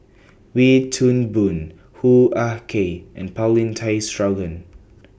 Wee Toon Boon Hoo Ah Kay and Paulin Tay Straughan